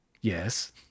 Yes